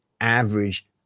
average